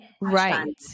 Right